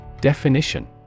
Definition